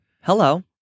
hello